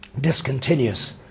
discontinuous